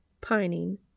pining